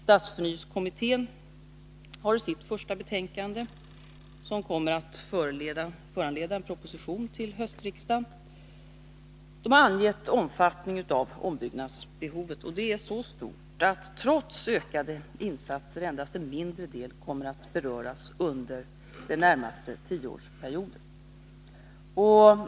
Stadsförnyelsekommittén har i sitt första betänkande, som kommer att föranleda en proposition till höstriksdagen, angett omfattningen av ombyggnadsbehovet. Det är så stort att, trots ökade insatser, endast en mindre del kommer att beröras under den närmaste tioårsperioden.